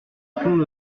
fond